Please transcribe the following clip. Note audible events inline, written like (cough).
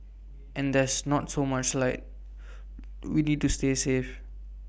(noise) and there's not so much light we need to stay safe